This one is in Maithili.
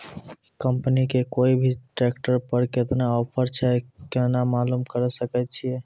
कंपनी के कोय भी ट्रेक्टर पर केतना ऑफर छै केना मालूम करऽ सके छियै?